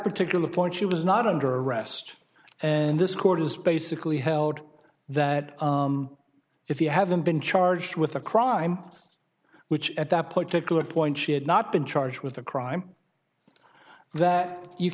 particular point she was not under arrest and this court has basically held that if you haven't been charged with a crime which at that particular point she had not been charged with a crime that you